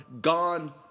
Gone